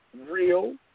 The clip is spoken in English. real